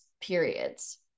periods